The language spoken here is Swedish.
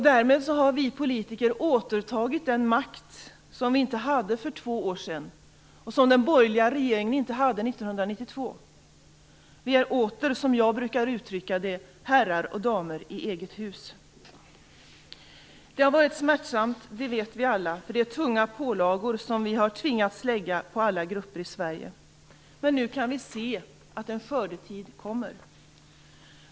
Därmed har vi politiker återtagit den makt som vi inte hade för två år sedan och som den borgerliga regeringen inte hade 1992. Vi är åter, som jag brukar uttrycka det, herrar och damer i eget hus. Det har varit smärtsamt, det vet vi alla. Det är tunga pålagor som vi har tvingats lägga på alla grupper i Sverige. Men nu kan vi se att en skördetid kommer.